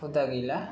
हुदा गैला